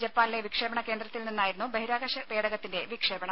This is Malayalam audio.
ജപ്പാനിലെ വിക്ഷേപണ കേന്ദ്രത്തിൽ നിന്നായിരുന്നു ബഹിരാകാശ പേടകത്തിന്റെ വിക്ഷേപണം